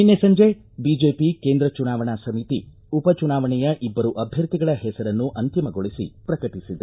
ನಿನ್ನೆ ಸಂಜೆ ಬಿಜೆಪಿ ಕೇಂದ್ರ ಚುನಾವಣಾ ಸಮಿತಿ ಉಪಚುನಾವಣೆಯ ಇಬ್ಬರು ಅಭ್ವರ್ಥಿಗಳ ಹೆಸರನ್ನು ಅಂತಿಮಗೊಳಿಸಿ ಪ್ರಕಟಿಸಿದೆ